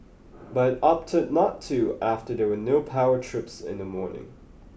but it opted not to after there were no power trips in the morning